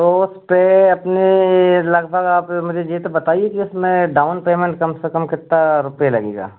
तो उसपे अपनी लगभग आप मुझे ये तो बताइए की उसमें डाउन पेमेंट कम से कम कितना रुपये लगेगा